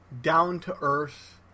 down-to-Earth